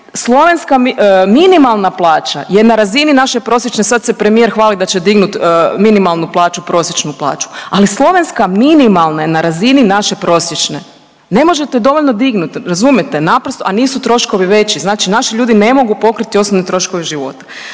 Slovenska minimalna plaća je na razini naše prosječne, sad se premijer hvali da će dignuti minimalnu plaću, prosječnu plaću. Ali slovenska minimalna je na razini naše prosječne, ne možete dovoljno dignuti, razumijete? Naprosto, a nisu troškovi veći. Znači naši ljudi ne mogu pokriti osnovne troškove života.